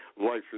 life